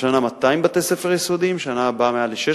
השנה 200 בתי-ספר יסודיים, בשנה הבאה מעל ל-600